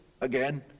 again